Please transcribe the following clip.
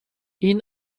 این